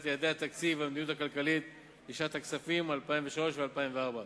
יעדי התקציב והמדיניות הכלכלית לשנות הכספים 2003 ו-2004),